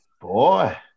boy